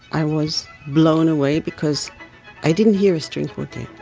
i was blown away, because i didn't hear a string quartet.